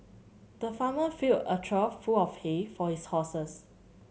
the farmer filled a trough full of hay for his horses